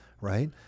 right